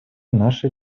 нашей